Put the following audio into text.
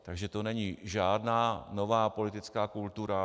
Takže to není žádná nová politická kultura.